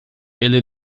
ele